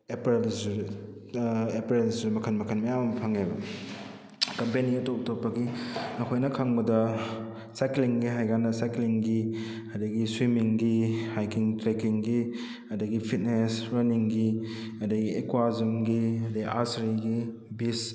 ꯑꯦꯞꯄꯔꯦꯜꯁꯨ ꯑꯦꯞꯄꯔꯦꯁꯨ ꯃꯈꯜ ꯃꯈꯜ ꯃꯌꯥꯝ ꯑꯃ ꯐꯪꯉꯦꯕ ꯀꯝꯄꯦꯅꯤ ꯑꯇꯣꯞ ꯑꯇꯣꯞꯄꯒꯤ ꯑꯩꯈꯣꯏꯅ ꯈꯪꯕꯗ ꯁꯥꯏꯀ꯭ꯂꯤꯡꯒꯤ ꯍꯥꯏꯕꯀꯥꯟꯗ ꯁꯥꯏꯀ꯭ꯂꯤꯡꯒꯤ ꯑꯗꯨꯗꯒꯤ ꯁ꯭ꯋꯤꯝꯃꯤꯡꯒꯤ ꯍꯥꯏꯀꯤꯡ ꯇ꯭ꯔꯦꯛꯀꯤꯡꯒꯤ ꯑꯗꯨꯗꯒꯤ ꯐꯤꯠꯅꯦꯁ ꯔꯟꯅꯤꯡꯒꯤ ꯑꯗꯨꯗꯒꯤ ꯑꯦꯀ꯭ꯋꯥ ꯖꯨꯝꯒꯤ ꯑꯗꯨꯗꯩ ꯑꯥꯔꯆꯔꯤꯒꯤ ꯕꯤꯁ